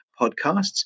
podcasts